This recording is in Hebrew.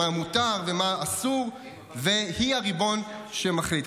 מה מותר ומה אסור והיא הריבון שמחליט.